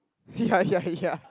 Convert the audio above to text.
ya ya ya